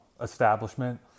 establishment